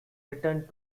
returned